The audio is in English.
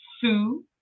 Sue